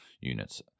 units